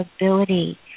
ability